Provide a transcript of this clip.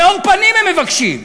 מאור פנים הם מבקשים.